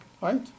Right